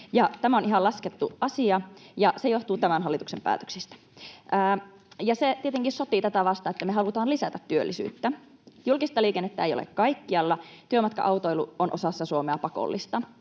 Tämä on ihan laskettu asia, ja se johtuu tämän hallituksen päätöksistä. Se tietenkin sotii sitä vastaan, että me halutaan lisätä työllisyyttä. Julkista liikennettä ei ole kaikkialla, työmatka-autoilu on osassa Suomea pakollista,